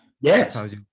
Yes